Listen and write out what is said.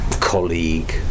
colleague